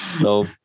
No